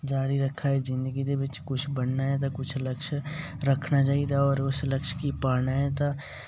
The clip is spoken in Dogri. जारी रक्खा ऐ जिंदगी दे बिच कुछ बनना ऐ ते कुछ लक्ष्य रक्खना चाहिदा होर उस लक्ष्य गी पाने दा